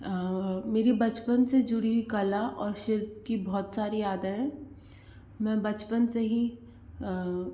मेरी बचपन से जुड़ी कला और शिल्प की बहुत सारी यादें है मैं बचपन से ही